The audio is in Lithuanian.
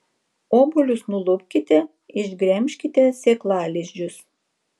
obuolius nulupkite išgremžkite sėklalizdžius